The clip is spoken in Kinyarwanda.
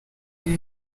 ibi